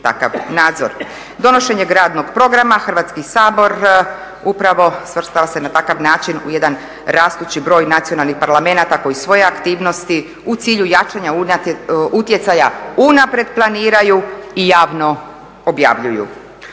takav nadzor. Donošenjem radnog programa Hrvatski sabor upravo svrstao se na takav način u jedan rastući broj nacionalnih parlamenata koji svoje aktivnosti u cilju jačanja utjecaja unaprijed planiraju i javno objavljuju.